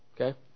Okay